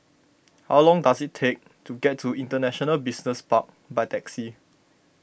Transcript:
how long does it take to get to International Business Park by taxi